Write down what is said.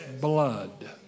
blood